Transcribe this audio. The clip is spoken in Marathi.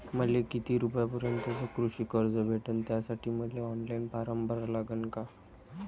मले किती रूपयापर्यंतचं कृषी कर्ज भेटन, त्यासाठी मले ऑनलाईन फारम भरा लागन का?